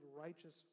righteous